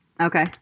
okay